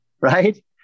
right